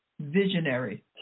Visionary